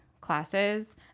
classes